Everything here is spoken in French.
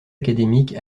académique